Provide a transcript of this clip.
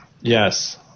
Yes